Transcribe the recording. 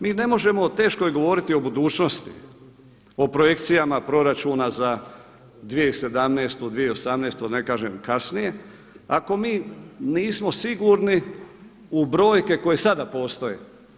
Mi ne možemo teško je govoriti o budućnosti, o projekcijama proračuna za 2017., 2019. da ne kažem kasnije, ako mi nismo sigurni u brojke koje sada postoje.